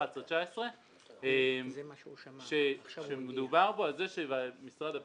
סעיף 11.19. מדובר בו על כך שמשרד הפנים,